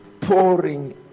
pouring